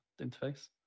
interface